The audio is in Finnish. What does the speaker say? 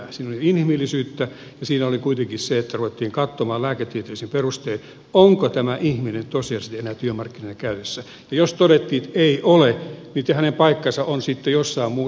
siinä oli inhimillisyyttä ja siinä oli kuitenkin se että ruvettiin katsomaan lääketieteellisin perustein onko tämä ihminen tosiasiallisesti enää työmarkkinoiden käytössä ja jos todettiin että ei ole niin hänen paikkansa on sitten jossain muussa kuin työlinjassa